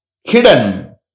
hidden